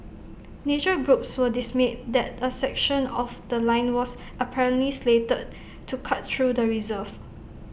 nature groups were dismayed that A section of The Line was apparently slated to cut through the reserve